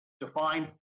Defined